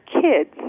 kids